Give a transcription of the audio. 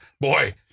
Boy